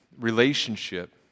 relationship